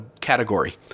category